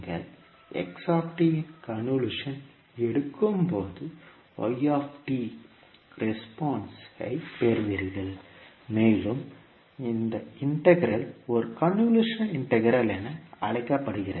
நீங்கள் xt இன் convolution எடுக்கும்போது நீங்கள் yt ரெஸ்பான்ஸ் பெறுவீர்கள் மேலும் இந்த இன்டெக்ரல் ஒரு கன்வொல்யூஷன் இன்டெக்ரல் என அழைக்கப்படுகிறது